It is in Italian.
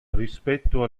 rispetto